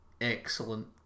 excellent